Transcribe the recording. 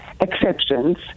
exceptions